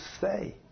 say